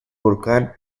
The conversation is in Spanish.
volcán